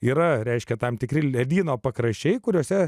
yra reiškia tam tikri ledyno pakraščiai kuriuose